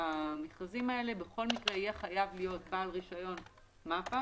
במכרזים האלה בכל מקרה יהיה חייב להיות בעל רישיון מפ"א,